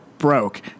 broke